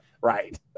right